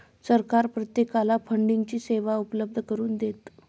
सरकार प्रत्येकाला फंडिंगची सेवा उपलब्ध करून देतं